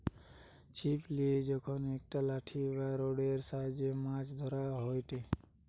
ছিপ লিয়ে যখন একটা লাঠি বা রোডের সাহায্যে মাছ ধরা হয়টে